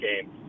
game